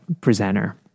presenter